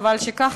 חבל שכך.